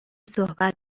صحبت